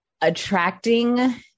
attracting